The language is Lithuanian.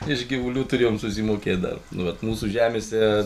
iš gyvulių turėjom susimokėt dar nu vat mūsų žemėse